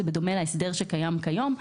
וזה בדומה להסדר שקיים כיום.